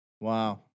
Wow